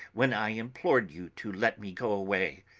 when i implored you to let me go away.